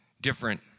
different